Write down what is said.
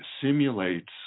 simulates